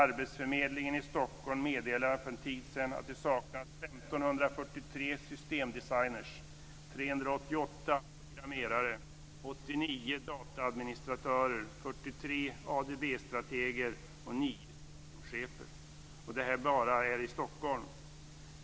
Arbetsförmedlingen i Stockholm meddelade för en tid sedan att det saknas 1 543 systemdesigner, 388 programmerare, 89 dataadministratörer, 43 ADB-strateger och 9 systemchefer. Och det bara här i Stockholm!